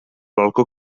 balcó